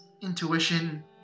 intuition